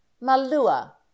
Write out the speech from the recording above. malua